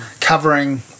covering